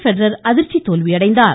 Federer இன்று அதிர்ச்சி தோல்வியடைந்தார்